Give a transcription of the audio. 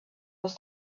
was